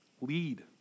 Lead